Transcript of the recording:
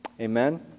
Amen